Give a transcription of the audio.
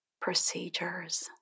procedures